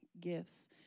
gifts